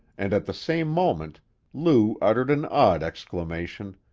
and at the same moment lou uttered an odd exclamation,